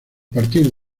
partir